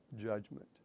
judgment